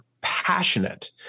passionate